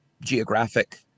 geographic